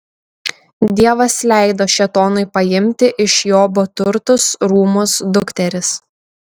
dievas leido šėtonui paimti iš jobo turtus rūmus dukteris